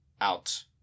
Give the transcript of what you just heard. out